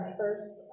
first